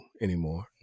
anymore